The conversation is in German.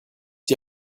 die